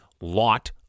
lot